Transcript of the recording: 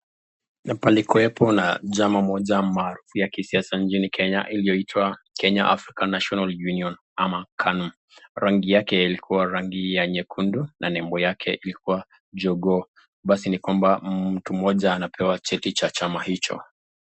Palikuwepo na chama moja maarufu ya kisiasa nchini Kenya iliyoitwa Kenya African National Union ama KANU. Rangi yake ilikuwa rangi ya nyekundu na nembo yake ilikuwa jogoo. Basi ni kwamba mtu moja anapewa cheti cha chama hicho.